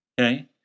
Okay